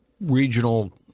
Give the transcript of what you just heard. regional